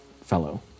fellow